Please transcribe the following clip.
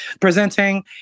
presenting